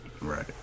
Right